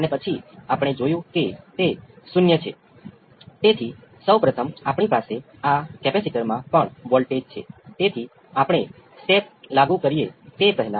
આપણે જાણીએ છીએ કે C પર ફોર્સ રિસ્પોન્સમાં ફેરફાર સાથે